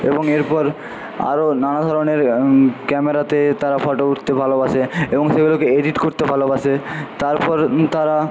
এবং এরপর আরও নানা ধরনের ক্যামেরাতে তারা ফটো উঠতে ভালোবাসে এবং সেগুলোকে এডিট করতে ভালোবাসে তারপর তারা